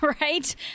Right